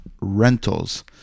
rentals